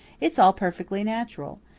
it's all perfectly natural.